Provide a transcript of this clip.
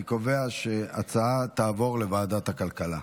אני קובע שההצעה תעבור לוועדת הכלכלה.